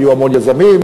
והיו המון יזמים,